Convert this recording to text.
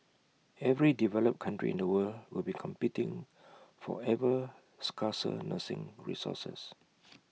every developed country in the world will be competing for ever scarcer nursing resources